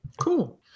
Cool